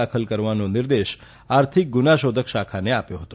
દાખલ કરવાનો નિર્દેશ આર્થિક ગુનાશોધક શાખાને આપ્યો હતો